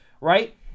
right